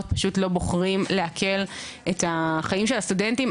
פשוט לא בוחרים להקל את החיים של הסטודנטים,